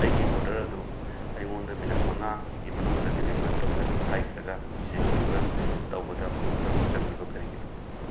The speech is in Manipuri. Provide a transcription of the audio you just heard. ꯑꯩꯒꯤ ꯑꯣꯔꯗꯔ ꯑꯗꯨ ꯑꯩꯉꯣꯟꯗ ꯃꯤꯅꯤꯠ ꯃꯉꯥ ꯒꯤ ꯃꯅꯨꯡꯗ ꯗꯤꯂꯤꯚꯔ ꯇꯧꯒꯅꯤ ꯍꯥꯏꯈ꯭ꯔꯒ ꯃꯁꯤ ꯗꯤꯂꯤꯚꯔ ꯇꯧꯕꯗ ꯄꯨꯡ ꯇꯔꯨꯛ ꯆꯪꯂꯤꯕ ꯀꯔꯤꯒꯤꯅꯣ